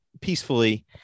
peacefully